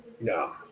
no